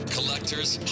Collectors